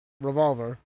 revolver